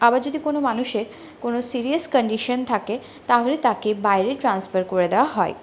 আবার যদি কোনও মানুষের কোনও সিরিয়াস কন্ডিশন থাকে তাহলে তাকে বাইরে ট্রান্সফার করে দেওয়া হয়